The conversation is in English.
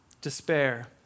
despair